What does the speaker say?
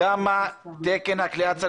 כמה צריך להיות תקן הכליאה?